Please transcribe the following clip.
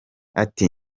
ati